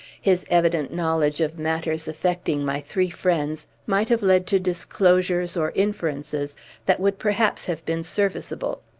his evident knowledge of matters affecting my three friends might have led to disclosures or inferences that would perhaps have been serviceable.